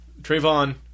Trayvon